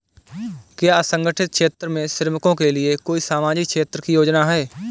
क्या असंगठित क्षेत्र के श्रमिकों के लिए कोई सामाजिक क्षेत्र की योजना है?